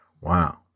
wow